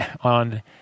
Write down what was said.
on